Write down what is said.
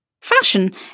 Fashion